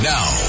Now